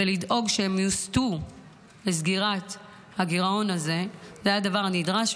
ולדאוג שהם יוסטו לסגירת הגירעון הזה זה הדבר הנדרש,